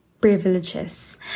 privileges